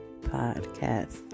Podcast